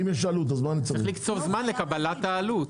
צריך לקצוב זמן לקבלת העלות.